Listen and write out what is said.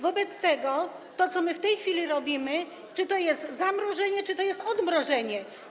Czy wobec tego to, co my w tej chwili robimy, to jest zamrożenie czy to jest odmrożenie?